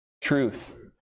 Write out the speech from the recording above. truth